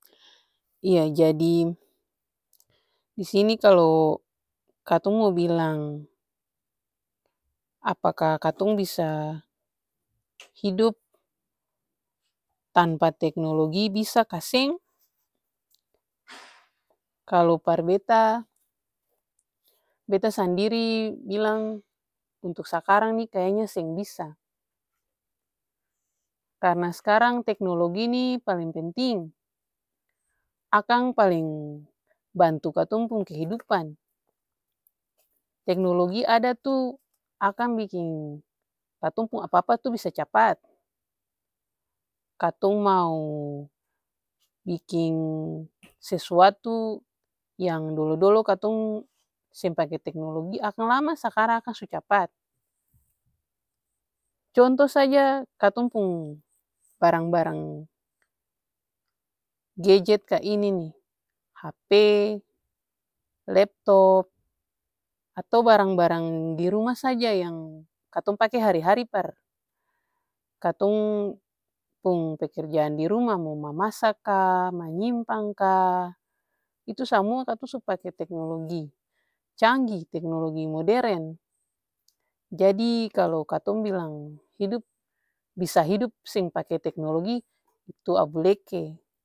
Iya jadi disini kalu katong mo bilang, apakah katong bisa hidup tanpa teknologi bisa ka seng. Kalu par beta, beta sandiri bilang untuk sakarang nih kayanya seng bisa, karna skarang teknologi nih paleng penting, akang paleng bantu katong pung kehidupan. Teknologi ada tuh akang bisa biking katong pung apa-apa tuh bisa capat. Katong mau biking sesuatu yang dolo-dolo seng pake teknologi akang lama sakarang akang su capat. Conto saja katong pung barang-barang gejet ka ini-nih hp, leptop atau barang-barang diruma saja yang katong pake hari-hari par katong pung pekerjaan diruma mo mamasa ka, manyimpang ka, itu samua katong su pake teknologi canggi, teknologi moderen jadi kalu katong bilang hidup bisa hidup seng pake teknologi itu abuleke.